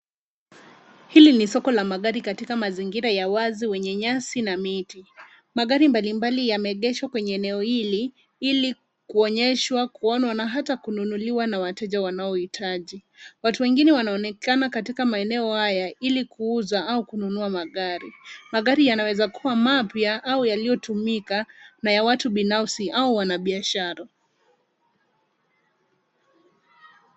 Hili ni soko la magari katika mazingira ya wazi wenye nyasi na miti. Magari mbalimbali yameegeshwa kwenye eneo hili ili kuonyeshwa kuonwa na hata kununuliwa na wateja wanaohitaji. Watu wengine wanaonekana katika maeneo haya ili kuuza au kununua magari. Magari yanaweza kuwa mapya au yaliyotumika na ya watu binafsi au wafanyabiashara.